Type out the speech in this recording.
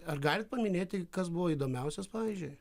ar galit paminėti kas buvo įdomiausias pavyzdžiui